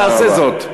תעשה זאת.